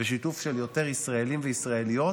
ושיתוף של יותר ישראלים וישראליות